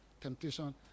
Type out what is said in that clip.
temptation